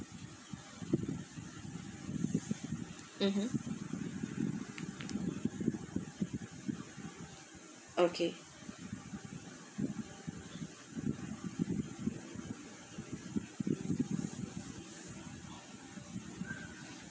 mmhmm okay